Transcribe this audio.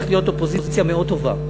הולכת להיות אופוזיציה מאוד טובה.